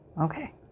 Okay